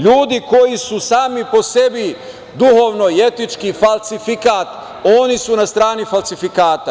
Ljudi koji su sami po sebi duhovno i etički falsifikat, oni su na strani falsifikata.